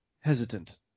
hesitant